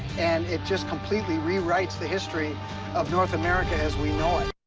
and it just completely rewrites the history of north america as we know it.